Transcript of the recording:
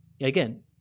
Again